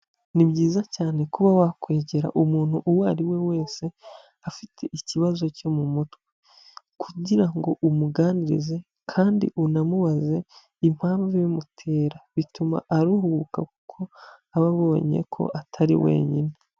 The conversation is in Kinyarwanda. Ni byiza cyane kuba wakwegera umuntu uwo ari we wese afite ikibazo cyo mu mutwe, kugira ngo umuganirize kandi unamubaze impamvu ibimutera, bituma aruhuka kuko aba abonye ko atari wenyine.